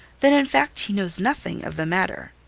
that in fact he knows nothing of the matter.